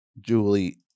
Julie